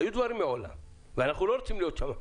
היו דברים מעולם, ואנחנו לא רוצים להיות שם.